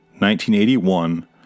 1981